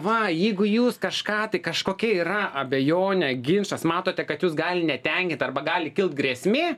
va jeigu jūs kažką tai kažkokia yra abejonė ginčas matote kad jus gali netenkint arba gali kilt grėsmė